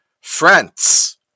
France